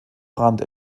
brandt